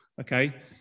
okay